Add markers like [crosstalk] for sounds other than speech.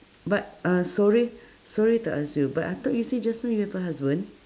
but uh sorry [breath] sorry to ask you but I thought you say just now you have a husband